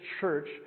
church